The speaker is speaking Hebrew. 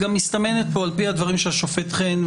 על פי הדברים של השופט חן,